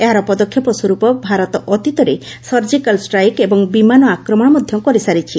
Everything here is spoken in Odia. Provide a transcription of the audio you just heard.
ଏହାର ପଦକ୍ଷେପ ସ୍ୱର୍ପ ଭାରତ ଅତୀତରେ ସର୍ଜକାଲ୍ ଷ୍ଟ୍ରାଇକ୍ ଏବଂ ବିମାନ ଆକ୍ରମଣ ମଧ୍ୟ କରିସାରିଛି